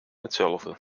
hetzelfde